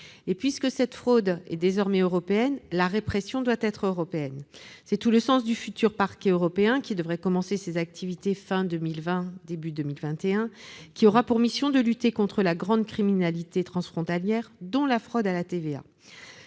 ! Puisque cette fraude est désormais européenne, la répression doit être européenne. C'est tout le sens du futur parquet européen, qui devrait commencer ses activités fin 2020 ou début 2021, et qui aura pour mission de lutter contre la grande criminalité transfrontalière, dont la fraude à la TVA.